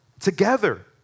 together